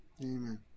Amen